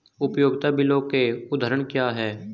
उपयोगिता बिलों के उदाहरण क्या हैं?